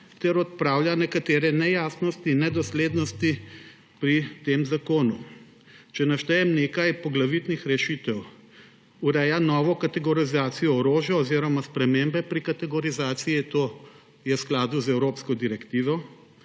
ter odpravlja nekatere nejasnosti in nedoslednosti pri tem zakonu. Če naštejem nekaj poglavitnih rešitev. Ureja novo kategorizacijo orožja oziroma spremembe pri kategorizaciji, to je v skladu z evropsko direktivo,